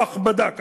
או הכבדה כזאת.